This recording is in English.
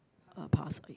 uh passed away